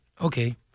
okay